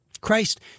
Christ